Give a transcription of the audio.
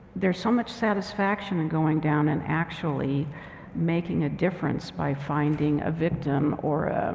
there's so much satisfaction in going down and actually making a difference by finding a victim or,